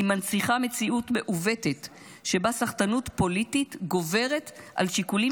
היא מנציחה מציאות מעוותת שבה סחטנות פוליטית גוברת על שיקולים